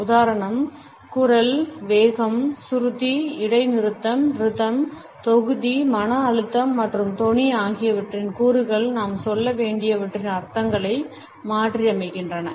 உதாரணம் குரல் வேகம் சுருதி இடைநிறுத்தம் ரிதம் தொகுதி மன அழுத்தம் மற்றும் தொனி ஆகியவற்றின் கூறுகள் நாம் சொல்ல வேண்டியவற்றின் அர்த்தங்களை மாற்றியமைக்கின்றன